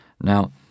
Now